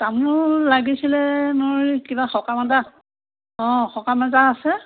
তামোল লাগিছিলে মোৰ কিবা সকাম এটা অঁ সকাম এটা আছে